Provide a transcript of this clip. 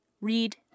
read